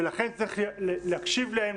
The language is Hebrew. ולכן צריך להקשיב להם,